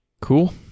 Cool